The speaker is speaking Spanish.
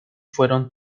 fueron